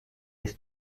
his